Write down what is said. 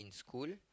school